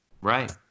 right